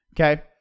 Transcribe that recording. Okay